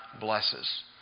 blesses